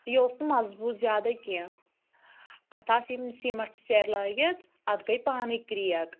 یہِ اوس نہٕ مضبوٗط زیادٕے کیٚنٛہہ اَتھ آسہٕ یِم سیٖمَٹھ سٮ۪رِ لٲگِتھ اَتھ گٔے پانے کرٛیک